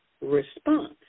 response